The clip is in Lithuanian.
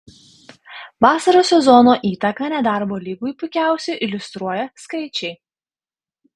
vasaros sezono įtaką nedarbo lygiui puikiausiai iliustruoja skaičiai